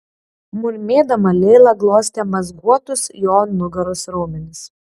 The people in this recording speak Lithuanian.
murmėdama leila glostė mazguotus jo nugaros raumenis